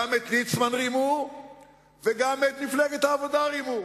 גם את ליצמן רימו וגם את מפלגת העבודה רימו.